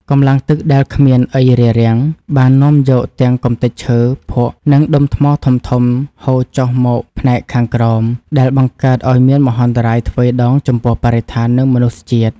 កម្លាំងទឹកដែលគ្មានអ្វីរារ៉ាំង បាននាំយកទាំងកម្ទេចឈើ ភក់ និងដុំថ្មធំៗហូរចុះមកផ្នែកខាងក្រោម ដែលបង្កើតឱ្យមានមហន្តរាយទ្វេដងចំពោះបរិស្ថាន និងមនុស្សជាតិ។